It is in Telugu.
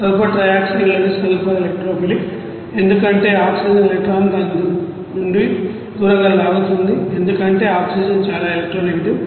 సల్ఫర్ ట్రయాక్సైడ్లోని సల్ఫర్ ఎలెక్ట్రోఫిలిక్ ఎందుకంటే ఆక్సిజన్ ఎలక్ట్రాన్లను దాని నుండి దూరంగా లాగుతుంది ఎందుకంటే ఆక్సిజన్ చాలా ఎలక్ట్రోనెగేటివ్